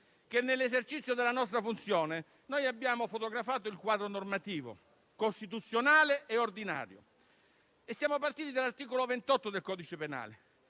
che nell'esercizio della nostra funzione noi abbiamo fotografato il quadro normativo, costituzionale e ordinario, e siamo partiti dall'articolo 28 del codice penale,